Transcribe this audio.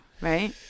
Right